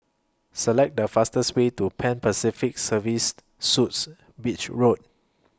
Select The fastest Way to Pan Pacific Serviced Suites Beach Road